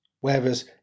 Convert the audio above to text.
Whereas